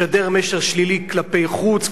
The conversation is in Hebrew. משדר מסר שלילי כלפי חוץ,